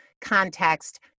context